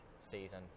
season